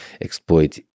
exploit